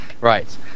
Right